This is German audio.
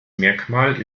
merkmal